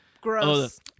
gross